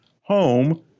home